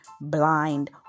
blind